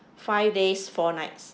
five days four nights